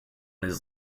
his